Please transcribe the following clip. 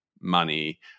money